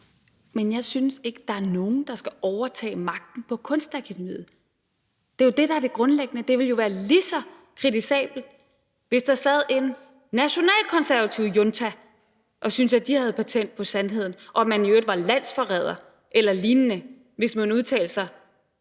Men jeg synes ikke, at der er nogen, der skal overtage magten på Kunstakademiet. Det er jo det, der er det grundlæggende. Det ville jo være lige så kritisabelt, hvis der sad en nationalkonservativ junta og syntes, at de havde patent på sandheden, og at man i øvrigt var landsforræder eller lignende, hvis man udtalte sig